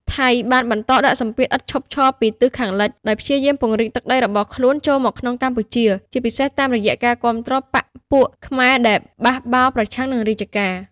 ថៃបានបន្តដាក់សម្ពាធឥតឈប់ឈរពីទិសខាងលិច ដោយព្យាយាមពង្រីកទឹកដីរបស់ខ្លួនចូលមកក្នុងកម្ពុជា ជាពិសេសតាមរយៈការគាំទ្របក្សពួកខ្មែរដែលបះបោរប្រឆាំងនឹងរាជការ។